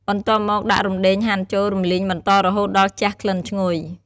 បន្ទាប់មកដាក់រំដេងហាន់ចូល រំលីងបន្តរហូតដល់ជះក្លិនឈ្ងុយ។